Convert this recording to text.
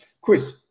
Chris